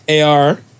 AR